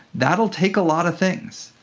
that will take a lot of things.